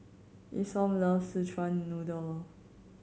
Isom loves Szechuan Noodle